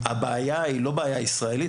הבעיה של מכירות משחקים היא לא בעיה ישראלית,